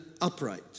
upright